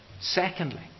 Secondly